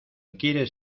quieres